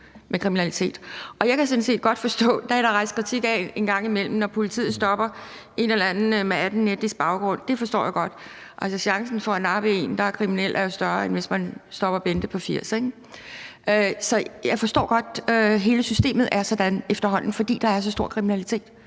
rejst kritik af en gang imellem – når politiet stopper en eller anden med anden etnisk baggrund. Det forstår jeg godt – altså, chancen for at nappe en, der er kriminel, er jo større her, end hvis man stopper Bente på 80 år. Så jeg forstår godt, at hele systemet er sådan efterhånden, fordi der er så meget kriminalitet;